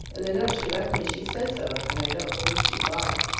in the note she left me she says so, and i don't believe she'd lie.